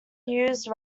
used